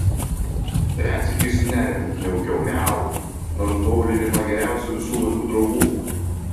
retsykiais su nerimu kniaukiau miau nors buvau lydima geriausių visų laikų draugų